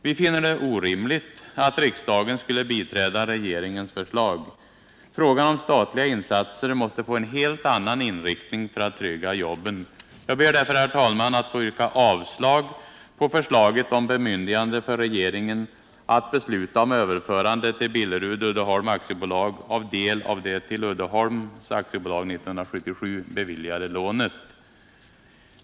Vi finner det orimligt att riksdagen skulle biträda regeringens förslag. Frågan om statliga insatser måste få en helt annan inriktning för att trygga jobben. Jag ber därför, herr talman, att få yrka avslag på förslaget om bemyndigande för regeringen att besluta om överförande till Billerud-Uddeholm AB av det till Uddeholms AB 1977 beviljade lånet.